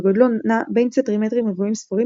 וגודלו נע בין סנטימטרים רבועים ספורים